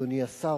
אדוני השר,